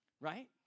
Right